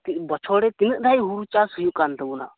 ᱵᱚᱪᱷᱚᱨᱨᱮ ᱛᱤᱱᱟᱹᱜ ᱫᱷᱟᱣ ᱦᱳᱲᱳ ᱪᱟᱥ ᱦᱩᱭᱩᱜ ᱠᱟᱱ ᱛᱟᱵᱳᱱᱟ